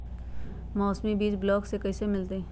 मौसमी बीज ब्लॉक से कैसे मिलताई?